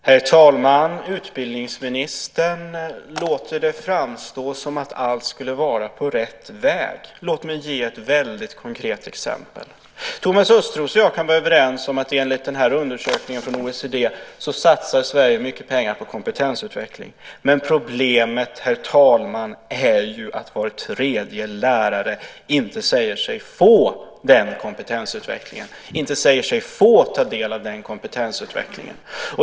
Herr talman! Utbildningsministern låter det framstå som att allt är på rätt väg. Låt mig ge ett konkret exempel: Thomas Östros och jag kan vara överens om att enligt undersökningen från OECD satsar Sverige mycket pengar på kompetensutveckling, men problemet, herr talman, är att var tredje lärare inte säger sig få ta del av den kompetensutvecklingen.